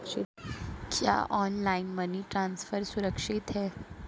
क्या online money transfer सुरक्षित है?